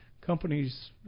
companies